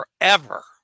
forever